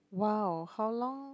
!wow! how long